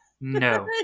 No